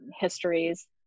histories